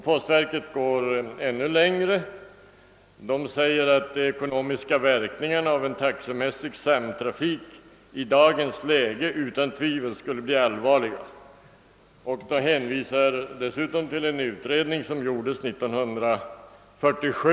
Postverket går ännu längre och säger att de ekonomiska verkningarna av en taxemässig samtrafik i dagens läge utan tvivel skulle bli allvarliga och hänvisar dessutom till en utredning som gjordes 1947.